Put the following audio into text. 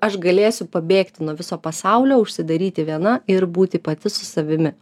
aš galėsiu pabėgti nuo viso pasaulio užsidaryti viena ir būti pati su savimi